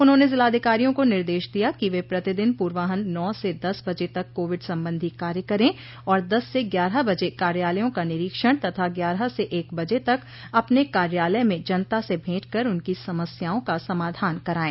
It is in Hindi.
उन्होंने जिलाधिकारियों को निर्देश दिया कि वे प्रतिदिन पूर्वान्ह नौ से दस बजे तक कोविड संबंधी कार्य करे और दस से ग्यारह बजे कार्यालयों का निरीक्षण तथा ग्यारह से एक बजे तक अपने कार्यालय में जनता से भेंट कर उनकी समस्याओं का समाधान कराये